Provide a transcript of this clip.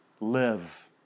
live